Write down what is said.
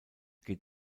geht